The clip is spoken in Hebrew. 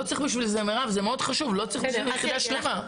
לא צריך בשביל זה יחידה שלמה,